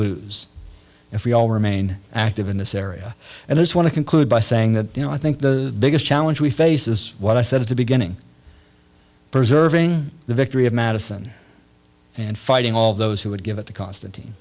lose if we all remain active in this area and this want to conclude by saying that you know i think the biggest challenge we face is what i said to beginning preserving the victory of madison and fighting all those who would give it to constant